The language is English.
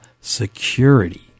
security